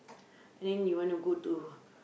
and then you want to go